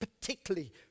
particularly